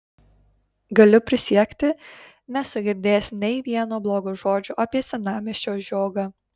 galiu prisiekti nesu girdėjęs nei vieno blogo žodžio apie senamiesčio žiogą